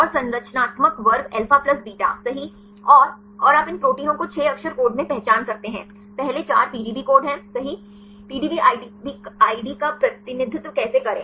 और संरचनात्मक वर्ग अल्फा प्लस बीटा सही ओर और आप इन प्रोटीनों को 6 अक्षर कोड में पहचान सकते हैं पहले 4 PDB कोड हैं सही PDB आईडी का प्रतिनिधित्व कैसे करें